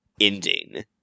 ending